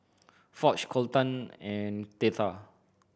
Foch Colton and Theta